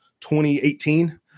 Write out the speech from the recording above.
2018